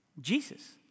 Jesus